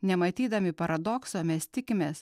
nematydami paradokso mes tikimės